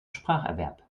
spracherwerb